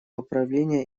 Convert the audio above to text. управления